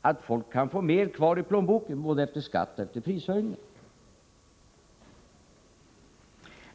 att folk kan få mer kvar i plånboken både efter skatt och efter prishöjningar.